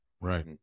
right